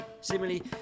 Similarly